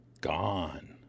gone